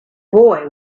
boy